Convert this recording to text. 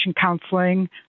counseling